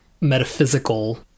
metaphysical